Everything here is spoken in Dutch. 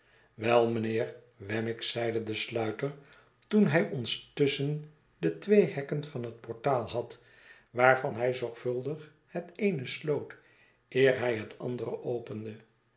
wel mijnheer wemmick zeide de sluiter toen hij ons tusschen de twee hekken van het portaal had waarvan hij zorgvuldig het eene sloot eer hij hetandere opende